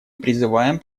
призываем